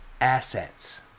assets